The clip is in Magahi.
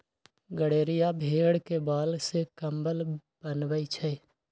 गड़ेरिया भेड़ के बाल से कम्बल बनबई छई